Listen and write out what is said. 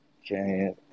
Okay